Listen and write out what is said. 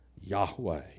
Yahweh